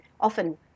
often